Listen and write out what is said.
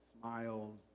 smiles